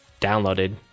downloaded